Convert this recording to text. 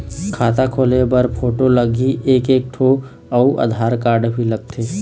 खाता खोले बर फोटो लगही एक एक ठो अउ आधार कारड भी लगथे?